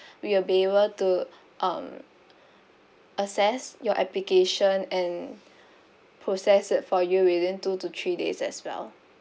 we will be able to um assess your application and process it for you within two to three days as well